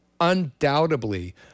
undoubtedly